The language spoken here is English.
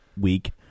week